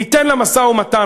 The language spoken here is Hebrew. ניתן למשא-ומתן,